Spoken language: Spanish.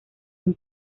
una